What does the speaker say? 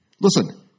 Listen